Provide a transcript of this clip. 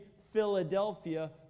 Philadelphia